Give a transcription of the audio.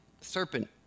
serpent